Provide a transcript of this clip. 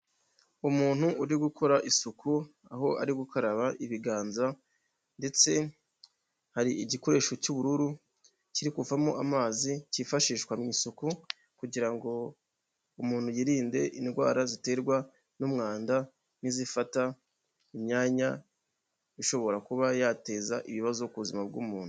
Umuntu uri gukora isuku aho ari gukaraba ibiganza, ndetse hari igikoresho cy'ubururu kiri kuvamo amazi, cyifashishwa mu isuku kugira ngo umuntu yirinde indwara ziterwa n'umwanda, n'izifata imyanya ishobora kuba yateza ibibazo ku buzima bw'umuntu.